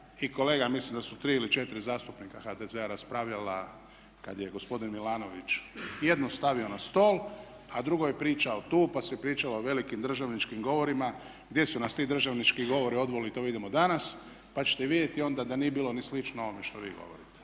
i kolega mislim da su tri ili četiri zastupnika HDZ-a raspravljala kad je gospodin Milanović jedno stavio na stol, a drugo je pričao tu, pa se pričalo o velikim državničkim govorima gdje su nas ti državnički govorio odveli to vidimo danas, pa ćete vidjeti onda da nije bilo ni slično ovome što vi govorite,